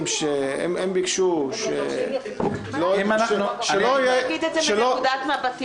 שהם ביקשו שלא יהיה --- אני אגיד את זה מנקודת מבטי.